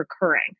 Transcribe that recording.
recurring